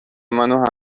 منو